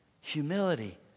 humility